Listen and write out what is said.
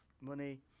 money